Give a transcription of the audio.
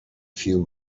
few